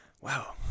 wow